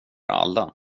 alla